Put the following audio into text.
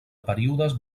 períodes